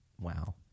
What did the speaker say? wow